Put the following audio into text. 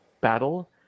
battle